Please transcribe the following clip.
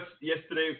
yesterday